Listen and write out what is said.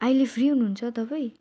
अहिले फ्री हुनुहुन्छ तपाईँ